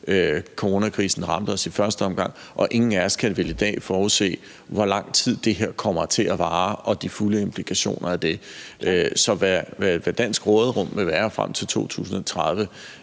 coronakrisen ramte os i første omgang, og ingen af os kan vel i dag forudse, hvor lang tid det her kommer til at vare og de fulde implikationer af det. Så hvad det danske råderum vil være frem til 2030,